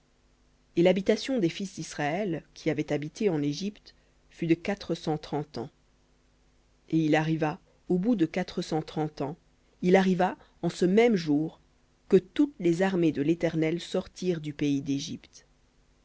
et l'habitation des fils d'israël qui avaient habité en égypte fut de quatre cent trente ans et il arriva au bout de quatre cent trente ans il arriva en ce même jour que toutes les armées de l'éternel sortirent du pays d'égypte